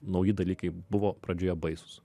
nauji dalykai buvo pradžioje baisūs